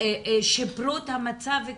שיפרו קצת את המצב,